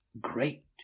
Great